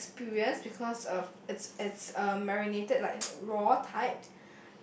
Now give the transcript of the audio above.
uh experience because of it's it's um marinated like raw type